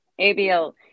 ABL